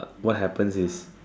what happen is